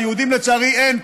יהודים לצערי אין,